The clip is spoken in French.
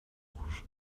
rouge